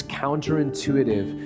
counterintuitive